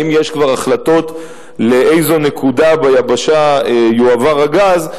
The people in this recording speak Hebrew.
האם יש כבר החלטות לאיזו נקודה ביבשה יועבר הגז,